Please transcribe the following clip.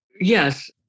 Yes